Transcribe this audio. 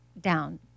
down